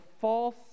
false